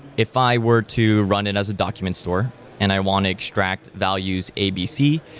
if i were to run it as documents store and i want to extract values abc,